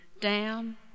Down